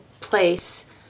place